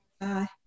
Bye